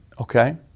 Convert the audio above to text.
Okay